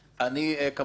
כמובן,